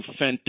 fentanyl